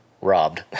robbed